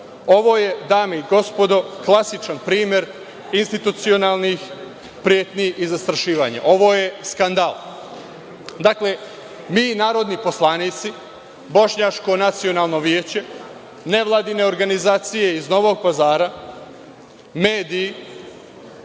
je, dame i gospodo, klasičan primer institucionalnih pretnji i zastrašivanja. Ovo je skandal. Dakle, mi narodni poslanici, Bošnjačko nacionalno veće, nevladine organizacije iz Novog Pazara, mediji,